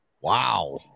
Wow